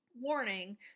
warning